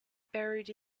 buried